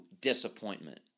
Disappointment